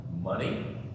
Money